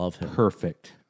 perfect